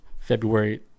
February